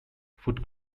food